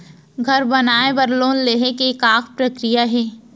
घर बनाये बर लोन लेहे के का प्रक्रिया हे?